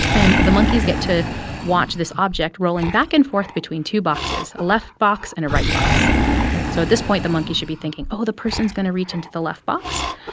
and the monkeys get to watch this object rolling back and forth between two boxes, a left box and a right box so at this point, the monkey should be thinking oh, the person's going to reach into the left box.